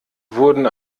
wurden